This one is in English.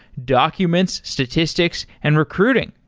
documents, statistics, and recruiting.